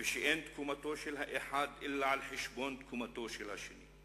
ושאין תקומתו של האחד אלא על חשבון תקומתו של השני.